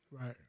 Right